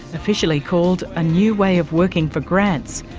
officially called a new way of working for grants,